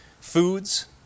foods